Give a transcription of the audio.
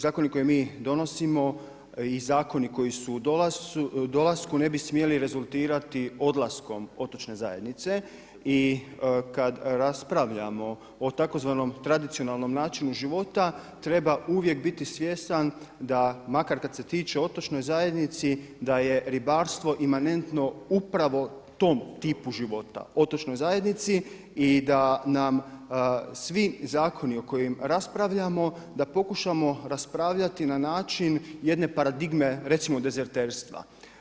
Zakoni koje mi donosimo i zakoni koji su u dolasku, ne bi smjeli rezultirati odlaskom otočne zajednice i kad raspravljamo o tzv. tradicionalnom načinu života, treba uvijek biti svjestan, da makar kad se tiče otočnoj zajednici, da je ribarstvo imanentno upravo tom tipu života, otočnoj zajednici i da nam svi zakoni o kojima raspravljamo da pokušamo raspravljati na način jedne paradigme recimo dezerterstva.